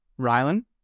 Rylan